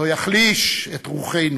לא יחליש את רוחנו